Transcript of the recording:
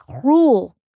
cruel